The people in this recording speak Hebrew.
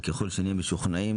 וככל שנהיה משוכנעים,